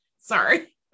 sorry